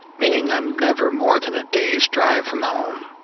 meaning i'm never more than a day's drive from home.